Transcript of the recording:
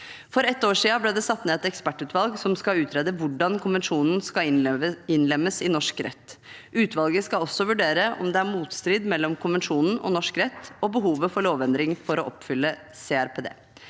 For et år siden ble det satt ned et ekspertutvalg som skal utrede hvordan konvensjonen skal innlemmes i norsk rett. Utvalget skal også vurdere om det er motstrid mellom konvensjonen og norsk rett og behovet for lovendring for å oppfylle CRPD.